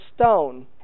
stone